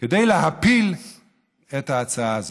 כדי להפיל את ההצעה הזאת.